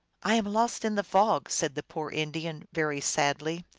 i am lost in the fog, said the poor indian, very sadly.